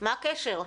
מה הקשר?